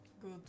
good